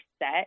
set